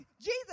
Jesus